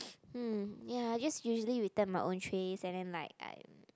mm ya just usually return my own trays and then like I